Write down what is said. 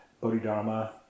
Bodhidharma